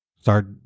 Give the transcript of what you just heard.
Start